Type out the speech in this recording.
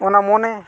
ᱚᱱᱟ ᱢᱚᱱᱮ